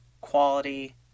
quality